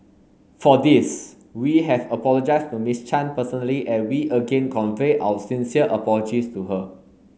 for this we have apologised to Miss Chan personally and we again convey our sincere apologies to her